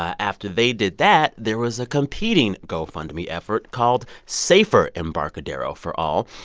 after they did that, there was a competing gofundme effort called safer embarcadero for all.